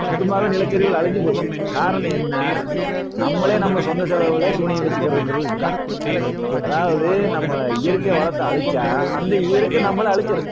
சுத்தமாகவே நிலச்சரிவுகள் அழிஞ்சுபோச்சு காரணம் என்ன நம்பளே நம்ப சொந்த செலவில் சூனியம் வச்சுக்குறதுங்குறது இதுதான் அதாவது நம்ப இயற்கை வளத்தை அழித்தா அந்த இயற்கை நம்பளை அழிச்சுரும்